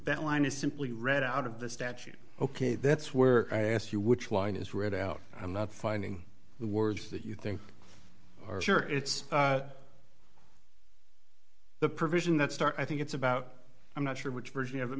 that line is simply read out of the statute ok that's where i ask you which one is read out i'm not finding the words that you think are sure it's the provision that start i think it's about i'm not sure which version of it